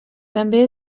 també